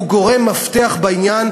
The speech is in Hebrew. הוא גורם מפתח בעניין,